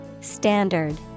Standard